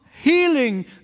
healing